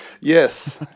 Yes